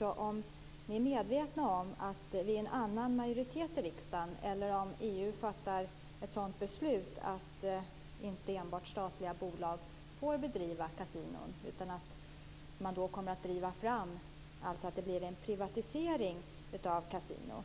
om ni är medvetna om att vid en annan majoritet i riksdagen, eller om EU fattar ett sådant beslut att inte enbart statliga bolag får bedriva kasinon, att man då kommer att driva fram att det blir en privatisering av kasinon.